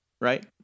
Right